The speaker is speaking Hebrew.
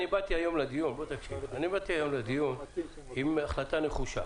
באתי היום לדיון עם החלטה נחושה